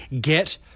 get